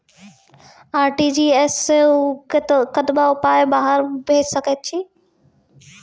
RTGS सअ कतबा पाय बाहर भेज सकैत छी?